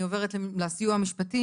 אני עוברת לסיוע המשפטי.